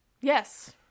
Yes